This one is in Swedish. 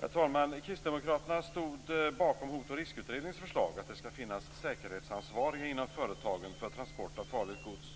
Herr talman! Kristdemokraterna stod bakom Hotoch riskutredningens förslag att det inom företagen skall finnas säkerhetsansvariga för transport av farligt gods.